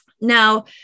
Now